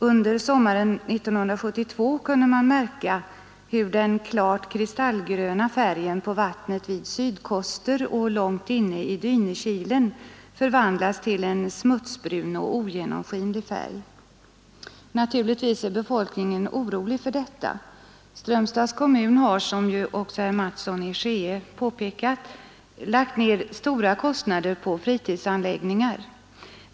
Under sommaren 1972 kunde man märka hur den klart kristallgröna färgen på vattnet vid Sydkoster och långt inne i Dynekilen förvandlats till en smutsbrun och ogenomskinlig färg. Naturligtvis är befolkningen orolig för detta. Strömstads kommun har — som ju också herr Mattsson i Skee påpekat — lagt ner stora kostnader på fritidsanläggningar.